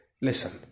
listen